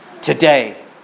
Today